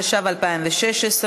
התשע"ו 2016,